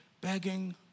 begging